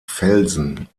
felsen